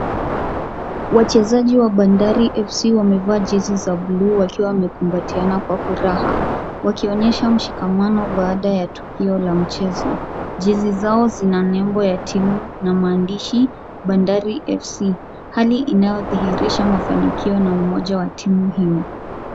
Wachezaji wa Bandari FC wamevaa jezi za bluu wakiwa wamekubatiana kwa furaha, wakionyesha mshikamano baada ya tukio la mchezo, jezi zao zina nembo ya timu na maandishi Bandari FC, hali inayodhihirisha manifikio na umoja wa timu hiyo.